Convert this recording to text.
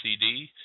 CD